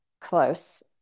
close